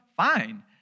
Fine